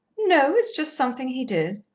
no, it's just something he did.